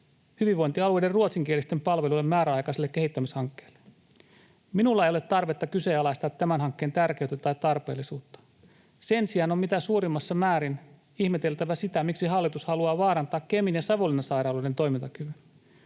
hyvinvointialueiden ruotsinkielisten palveluiden määräaikaiselle kehittämishankkeelle. Minulla ei ole tarvetta kyseenalaistaa tämän hankkeen tärkeyttä tai tarpeellisuutta. Sen sijaan on mitä suurimmassa määrin ihmeteltävä sitä, miksi hallitus haluaa vaarantaa Kemin ja Savonlinnan sairaaloiden toimintakyvyn.